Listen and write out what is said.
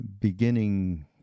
beginning